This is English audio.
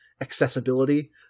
accessibility